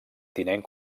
tinent